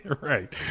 Right